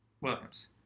Williams